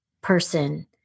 person